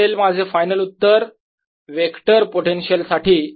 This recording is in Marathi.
हे असेल माझे फायनल उत्तर वेक्टर पोटेन्शियल साठी